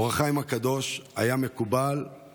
אור החיים הקדוש היה מקובל,